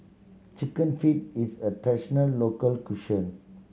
Chicken Feet is a traditional local cuisine